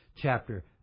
chapter